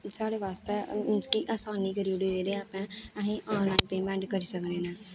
साढ़े बास्तै मतलब मुश्कल असानी करी ओड़ी दी कि अपने अहीं आनलाइन पेमेंट करी सकनें न